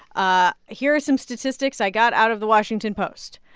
ah here are some statistics i got out of the washington post.